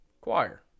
choir